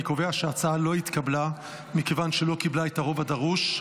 אני קובע שההצעה לא התקבלה מכיוון שלא קיבלה את הרוב הדרוש.